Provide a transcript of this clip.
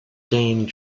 gained